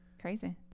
Crazy